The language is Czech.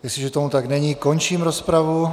Jestliže tomu tak není, končím rozpravu.